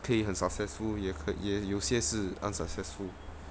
可以很 successful 也可也有些是 unsuccessful